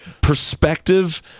perspective